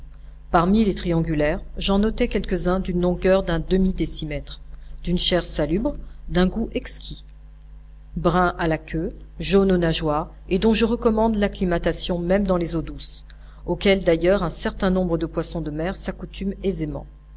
parmi les triangulaires j'en notai quelques-uns d'une longueur d'un demi décimètre d'une chair salubre d'un goût exquis bruns à la queue jaunes aux nageoires et dont je recommande l'acclimatation même dans les eaux douces auxquelles d'ailleurs un certain nombre de poissons de mer s'accoutument aisément